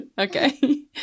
okay